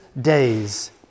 days